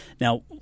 Now